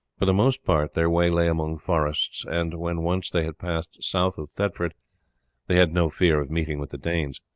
for the most part their way lay among forests, and when once they had passed south of thetford they had no fear of meeting with the danes.